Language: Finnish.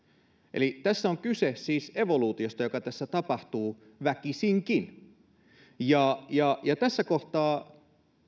eli tässä on kyse siis evoluutiosta joka tässä tapahtuu väkisinkin tässä kohtaa